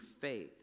faith